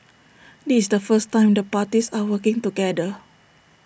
this the first time the parties are working together